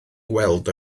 weld